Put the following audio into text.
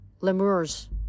Lemurs